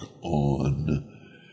on